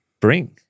bring